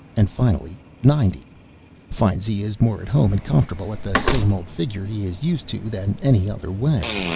and finally ninety finds he is more at home and comfortable at the same old figure he is used to than any other way.